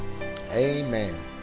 Amen